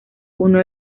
uno